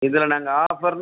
இதில் நாங்கள் ஆஃபர்